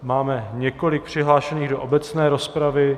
Máme několik přihlášených do obecné rozpravy.